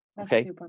okay